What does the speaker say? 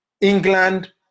England